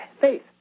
faith